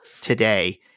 today